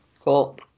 Cool